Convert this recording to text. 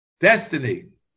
Destiny